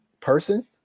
person